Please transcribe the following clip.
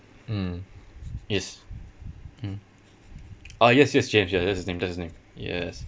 mm yes mm uh yes yes james ya that's his name that's his name yes